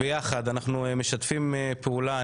ביחד אנחנו משתפים פעולה.